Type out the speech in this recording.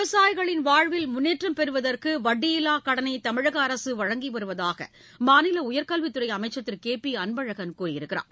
விவசாயிகளின் வாழ்வில் முன்னேற்றம் பெறுவதற்கு வட்டியில்லா கடனை தமிழக அரசு வழங்கி வருவதாக மாநில உயர்கல்வித் துறை அமைச்சர் திரு கே பி அன்பழகன் கூறியுள்ளார்